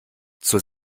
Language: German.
zur